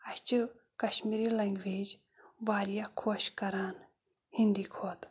اَسہِ چھِ کَشمیٖری لنٛگویج واریاہ خۄش کَران ہِنٛدی کھۄتہٕ